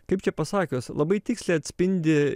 kaip čia pasakius labai tiksliai atspindi